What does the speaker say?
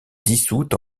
dissoute